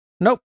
Nope